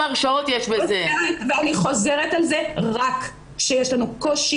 אני רוצה להתייחס לתיק שיושב-ראש הוועדה